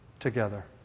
together